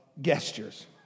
gestures